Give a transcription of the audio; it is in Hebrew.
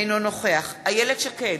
אינו נוכח איילת שקד,